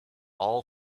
all